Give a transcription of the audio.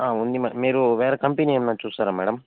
ఆ ఉంది మ మీరు వేరే కంపెనీ ఏమైనా చూస్తారా మేడం